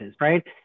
Right